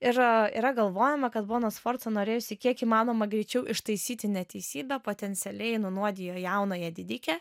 ir yra galvojama kad bona sforza norėjusi kiek įmanoma greičiau ištaisyti neteisybę potencialiai nunuodijo jaunąją didikę